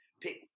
pick